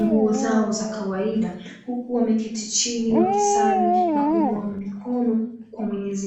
nguo zao za kawaida. Huku wameketii chini wakisali na kuinua mikono kwa Mwenyezi Mungu.